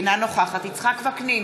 אינה נוכחת יצחק וקנין,